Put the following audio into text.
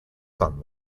son